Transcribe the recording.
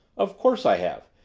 of course i have.